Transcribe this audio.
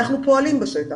אנחנו פועלים בשטח,